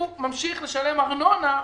הוא ממשיך לשלם ארנונה.